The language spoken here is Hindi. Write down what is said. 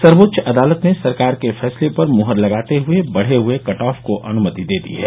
सर्वोच्च आदालत ने सरकार के फैसले पर मुहर लगाते हए बढ़े हए कटऑफ को अनुमति दे दी है